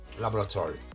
Laboratory